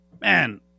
Man